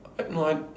at no I